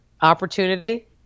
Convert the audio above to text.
opportunity